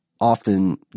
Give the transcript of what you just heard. often